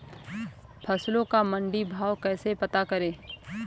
फसलों का मंडी भाव कैसे पता करें?